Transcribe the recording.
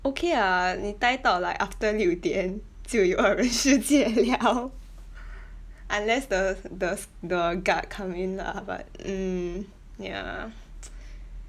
okay ah 你呆到 like after 六点就有二人世界了 unless the the s~ the guard come in lah but mm ya